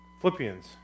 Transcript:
Philippians